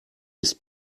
ist